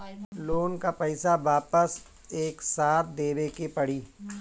Loan का पईसा वापिस एक साथ देबेके पड़ी?